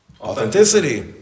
authenticity